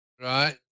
right